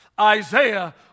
Isaiah